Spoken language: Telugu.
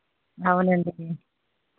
అవునండి